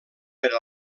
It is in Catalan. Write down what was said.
per